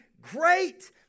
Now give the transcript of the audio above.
great